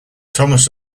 thomas